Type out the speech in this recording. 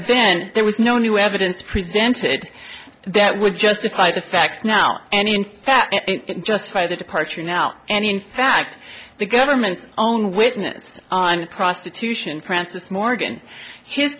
then there was no new evidence presented that would justify the facts now and in fact just by the departure now and in fact the government's own witness and prostitution francis morgan his